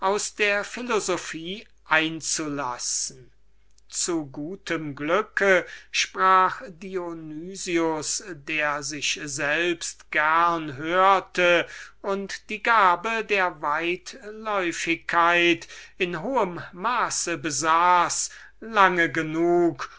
der philosophie einzulassen zu gutem glücke sprach dionys der sich selbst gerne hörte und die gabe der weitläufigkeit in hohem maße besaß lange genug